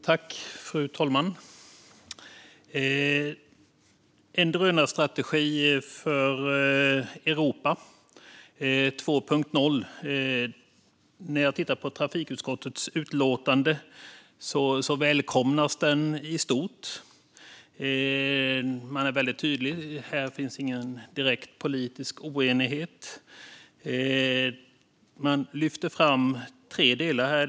Fru talman! Det handlar om en drönarstrategi för Europa 2.0. När jag tittar på trafikutskottets utlåtande ser jag att den i stort välkomnas. Man är väldigt tydlig. Här finns ingen direkt politisk oenighet. Man lyfter fram tre delar här.